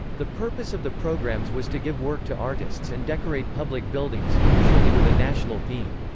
the purpose of the programs was to give work to artists and decorate public buildings, usually with a national theme.